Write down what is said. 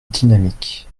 dynamique